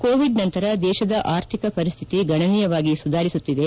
Covid ನಂತರ ದೇಶದ ಆರ್ಧಿಕ ಪರಿಸ್ಥಿತಿ ಗಣನೀಯವಾಗಿ ಸುಧಾರಿಸುತ್ತಿದೆ